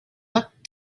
looked